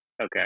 Okay